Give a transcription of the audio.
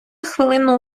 хвилину